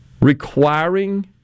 requiring